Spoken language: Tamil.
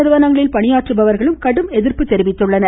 நிறுவனங்களில் பணியாற்றுபவர்களும் கடும் எதிர்ப்பு தெரிவித்துள்ளனர்